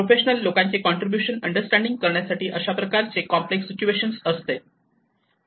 professional लोकांचे contribution understanding करण्यासाठी अशाप्रकारे कॉम्प्लेक्स सिच्युएशन असते